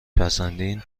پسندین